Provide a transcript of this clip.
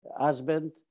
husband